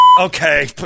Okay